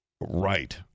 Right